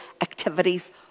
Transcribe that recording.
activities